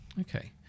Okay